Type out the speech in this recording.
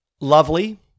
Lovely